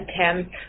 attempt